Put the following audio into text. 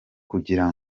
kugira